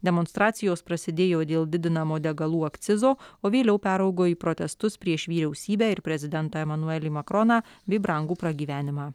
demonstracijos prasidėjo dėl didinamo degalų akcizo o vėliau peraugo į protestus prieš vyriausybę ir prezidentą emanuelį makroną bei brangų pragyvenimą